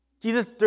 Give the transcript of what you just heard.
Jesus